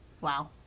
Wow